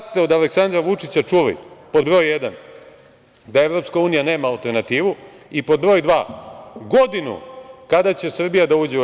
Kada ste od Aleksandra Vučića čuli, pod broj jedan, da EU nema alternativu i, pod broj dva, godinu kada će Srbija da uđe u EU?